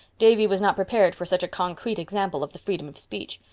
davy was not prepared for such a concrete example of the freedom of speech.